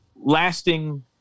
lasting